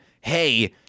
hey